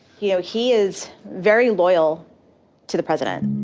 you know he is very loyal to the president.